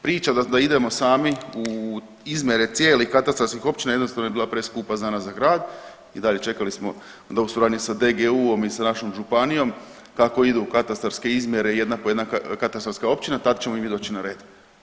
Priča da idemo sami u izmjere cijelih katastarskih općina jednostavno je bila preskupa za nas i za grad i dalje čekali smo dok u suradnji sa DGU-om i sa našom županijom kako idu u katastarske izmjere jedna po jedna katastarska općina tad ćemo i mi doći na red.